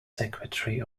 secretary